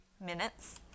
minutes